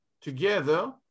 together